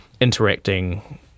interacting